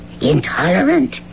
intolerant